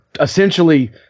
essentially –